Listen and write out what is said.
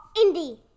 Indy